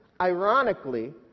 ironically